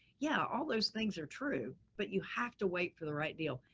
yeah, all those things are true, but you have to wait for the right deal.